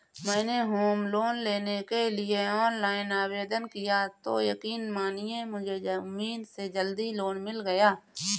मैंने home loan लेने के लिए ऑनलाइन आवेदन किया तो यकीन मानिए मुझे उम्मीद से जल्दी लोन मिल गया